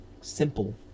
simple